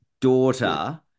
daughter